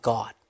God